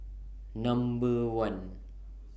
Number one